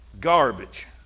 garbage